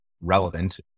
relevant